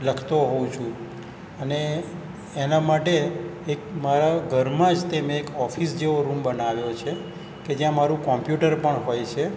લખતો હોઉં છું અને એના માટે એક મારા ઘરમાં જ તે મેં એક ઓફિસ જેવો રૂમ બનાવ્યો છે કે જયાં મારું કોંપ્યુટર પણ હોય છે